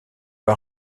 pas